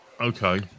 Okay